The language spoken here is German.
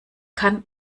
kann